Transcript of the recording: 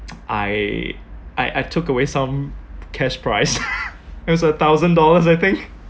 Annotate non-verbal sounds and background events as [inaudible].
[noise] I I I took away some cash price [laughs] it was a thousand dollars I think